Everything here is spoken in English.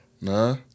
Nah